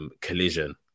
collision